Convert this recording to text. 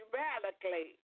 radically